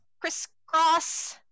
crisscross